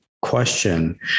question